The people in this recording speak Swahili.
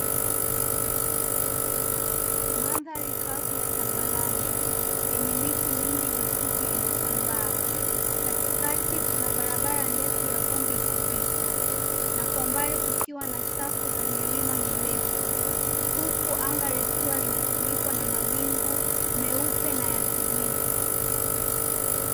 Mandhari kavu ya tambarare yenye miti mingi mifupi iliyosambaa, katikati kuna barabara ndefu ya vumbi ikipita, na kwa mbali kukiwa na safu za milima mirefu, huku anga likiwa limefunikwa na mawingu meupe na ya kijivu.